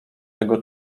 tego